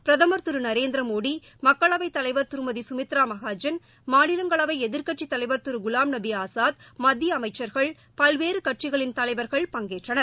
பிரதமர் திரு நரேந்திர மோடி மக்களவைத் தலைவர் திருமதி சுமித்ரா மஹாஜன் மாநிலங்களவை எதிர்க்கட்சித் தலைவர் திரு குலாம்நபி ஆசாத் மத்திய அமைச்சர்கள் பல்வேறு கட்சிகளின் தலைவர்கள் பங்கேற்றனர்